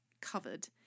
covered